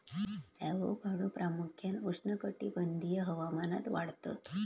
avocado प्रामुख्यान उष्णकटिबंधीय हवामानात वाढतत